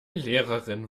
lehrerin